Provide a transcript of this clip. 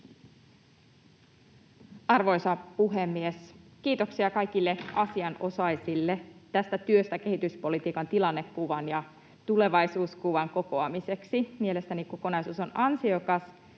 Arvoisa puhemies! Kiitoksia kaikille asianosaisille tästä työstä kehityspolitiikan tilannekuvan ja tulevaisuuskuvan kokoamiseksi. Mielestäni kokonaisuus on ansiokas.